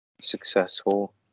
successful